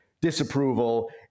disapproval